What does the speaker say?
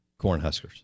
Cornhuskers